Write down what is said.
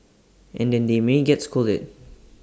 and then they may get scolded